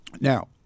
Now